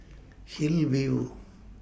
Hillview